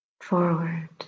forward